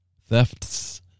thefts